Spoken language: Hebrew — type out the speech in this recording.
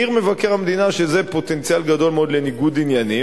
העיר מבקר המדינה שזה פוטנציאל גדול מאוד לניגוד עניינים,